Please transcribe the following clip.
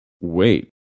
Wait